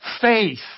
faith